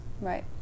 Right